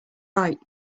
right